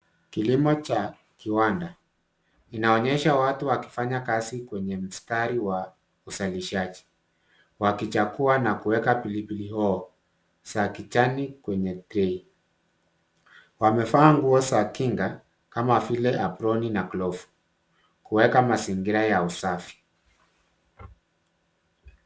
Kilimo cha kiwanda. Inaonyesha watu wakifanya kazi kwenye mstari wa uzalishaji wakichagua na kuweka pilipili hoho za kijani kwenye tray .Wamevaa nguo za kinga kama vile aproni na glovu kuweka mazingira ya usafi.